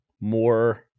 more